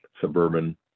suburban